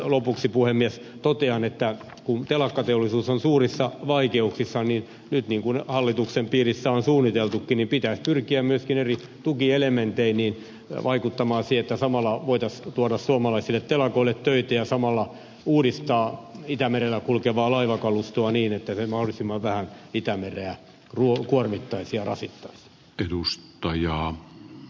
lopuksi puhemies totean että kun telakkateollisuus on suurissa vaikeuksissa niin nyt niin kuin hallituksen piirissä on suunniteltukin pitäisi pyrkiä myöskin eri tukielementein vaikuttamaan siihen että samalla voitaisiin tuoda suomalaisille telakoille töitä ja samalla uudistaa itämerellä kulkevaa laivakalustoa niin että se mahdollisimman vähän itämerta kuormittaisi ja rasittaisi